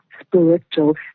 spiritual